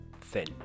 Thin